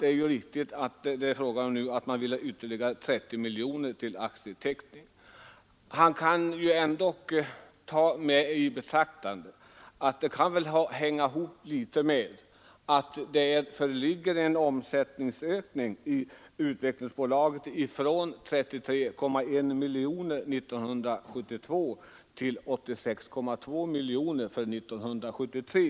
Det är riktigt att man nu vill ha ytterligare 30 miljoner till aktieteckning. Han bör ändock ta i betraktande att detta något kan hänga ihop med att det föreligger en omsättningsökning i Utvecklingsbolaget från 33,1 miljoner för 1972 till 86,2 miljoner kronor för 1973.